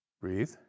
Breathe